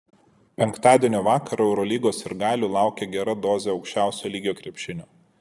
penktadienio vakarą eurolygos sirgalių laukia gera dozė aukščiausio lygio krepšinio